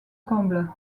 comble